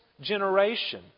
generation